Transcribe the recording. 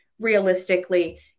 realistically